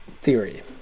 Theory